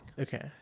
okay